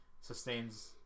sustains